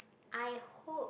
I hope